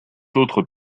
autres